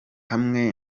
hamwe